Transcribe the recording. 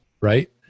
right